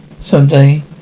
someday